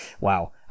wow